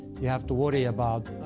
you have to worry about,